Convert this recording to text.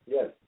Yes